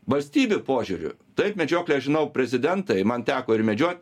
valstybių požiūriu taip medžioklėj aš žinau prezidentai man teko ir medžiot